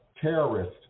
terrorist